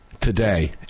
today